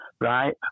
right